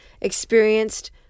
experienced